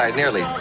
nearly